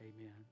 Amen